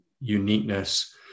uniqueness